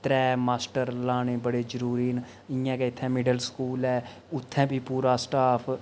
त्रै मास्टर लाने बड़े जरूरी न इंया गै इत्थें मिडिल स्कूल ऐ उत्थें बी पूरा स्टाफ